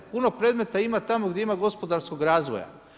Puno predmeta ima tamo gdje ima gospodarskog razvoja.